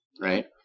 right